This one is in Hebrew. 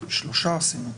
שלושה עשינו.